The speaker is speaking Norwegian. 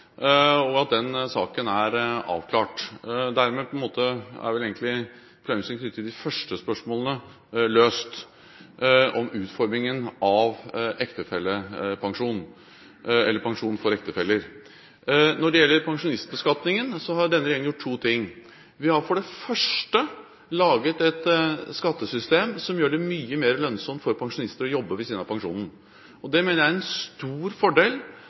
og at den saken er avklart. Dermed er vel egentlig problemstillingen knyttet til de første spørsmålene løst – om utformingen av pensjon for ektefeller. Når det gjelder pensjonistbeskatningen, har denne regjeringen gjort to ting: Vi har for det første laget et skattesystem som gjør det mye mer lønnsomt for pensjonister å jobbe ved siden av pensjonen. Jeg mener det er en stor fordel